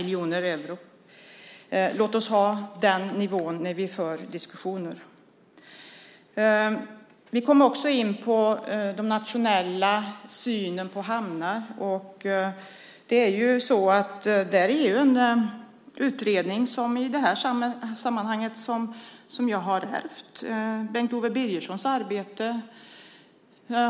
Låt oss föra diskussionerna på den nivån. Vi kom också in på den nationella synen på hamnar. Där har jag ärvt en utredning, och jag har stora förväntningar på Bengt Owe Birgerssons arbete.